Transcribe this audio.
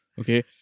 Okay